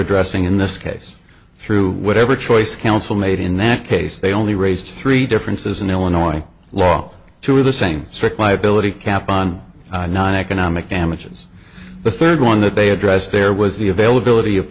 addressing in this case through whatever choice counsel made in that case they only raised three differences in illinois law to the same strict liability cap on noneconomic damages the third one that they addressed there was the availability of